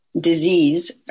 disease